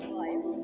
life